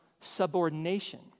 subordination